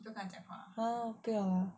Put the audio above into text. !huh! 不要 lah